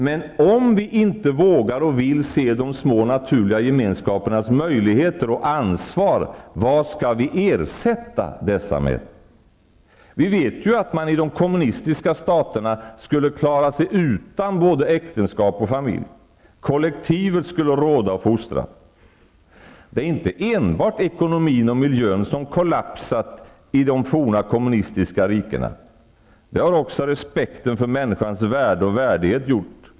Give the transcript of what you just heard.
Men om vi varken vågar eller vill se de små naturliga gemenskapernas möjligheter och ansvar, vad skall vi då ersätta dessa med? Vi vet ju att man i de kommunistiska staterna skulle klara sig utan både äktenskap och familj. Kollektivet skulle råda och fostra. Det är inte enbart ekonomin och miljön som har kollapsat i de forna kommunistiska rikena. Det har också respekten för människans värde och värdighet gjort.